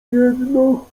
jedno